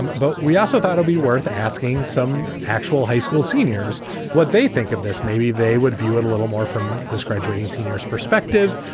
um but we also thought it would be worth asking some actual high school seniors what they think of this. maybe they would view it a little more from this graduating seniors perspective.